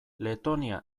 letonia